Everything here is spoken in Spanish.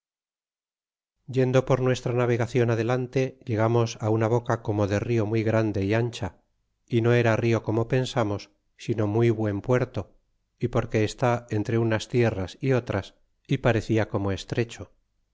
yendo por nuestra navegacion adelante llegamos una boca como de rio muy grande y ancha y no era rio como pensamos sino muy buen puerto porque est entre unas tierras ti otras é parecia como estrecho